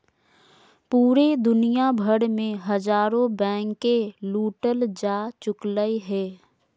पूरे दुनिया भर मे हजारो बैंके लूटल जा चुकलय हें